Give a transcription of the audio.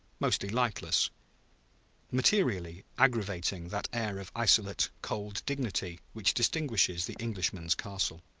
mostly lightless materially aggravating that air of isolate, cold dignity which distinguishes the englishman's castle.